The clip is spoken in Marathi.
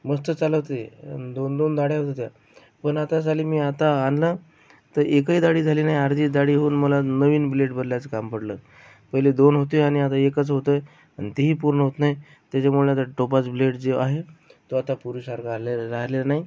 मस्त चालत ते दोन दोन दाढ्या होत होत्या पण आता साली मी आता आणला तर एकही दाढी झाली नाही अर्धीच दाढी होऊन मला नवीन ब्लेड बदलायचं काम पडलं पहिले दोन होते आणि आता एकच होतोय अन् तीही पूर्ण होत नाही त्याच्यामुळं त्या टोपाज ब्लेड जे आहे तो आता पूर्वीसार राह्यलेलं राह्यलेला नाही